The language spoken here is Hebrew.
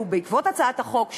שהוא בעקבות הצעת החוק שלי,